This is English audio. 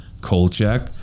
Kolchak